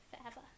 forever